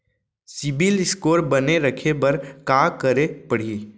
CIBIL score बने रखे बर का करे पड़ही?